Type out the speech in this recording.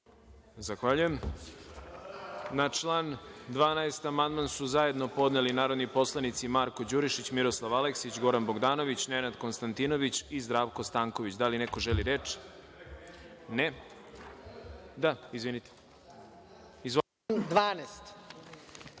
Zahvaljujem. Na član 12. amandman su zajedno podneli narodni poslanici Marko Đurišić, Miroslav Aleksić, Goran Bogdanović, Nenad Konstantinović i Zdravko Stanković. Da li neko želi reč? (Da)Reč ima